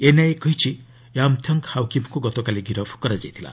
NIA କହିଛି ୟାମ୍ଥଙ୍ଗ୍ ହାଓକିପ୍ଙ୍କୁ ଗତକାଲି ଗିରଫ କରାଯାଇଥିଲା